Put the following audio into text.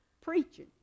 Preaching